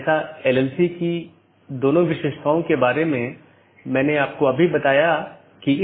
दोनों संभव राउटर का विज्ञापन करते हैं और infeasible राउटर को वापस लेते हैं